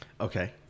Okay